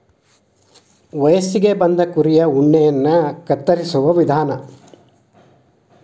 ವಯಸ್ಸಿಗೆ ಬಂದ ಕುರಿಯ ಉಣ್ಣೆಯನ್ನ ಕತ್ತರಿಸುವ ವಿಧಾನ